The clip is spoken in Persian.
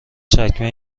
چکمه